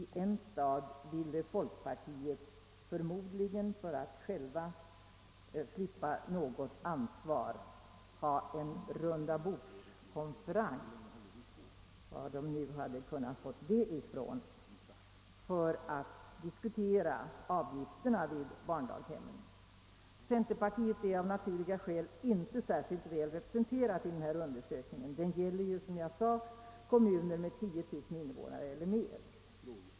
I en stad ville folkpartiet, förmodligen för att slippa ta något ansvar, ha en rundabordskonferens — varifrån de nu har fått det — för att diskutera avgifterna vid barndaghemmen. Centerpartiet är av naturliga skäl inte särskilt väl representerat i denna undersökning; den gäller ju som jag sade kommuner med 10000 invånare eller mer.